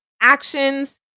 actions